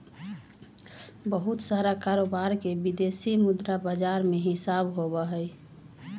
बहुत सारा कारोबार के विदेशी मुद्रा बाजार में हिसाब होबा हई